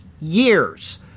years